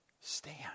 stand